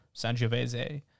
Sangiovese